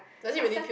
after